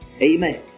Amen